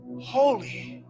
holy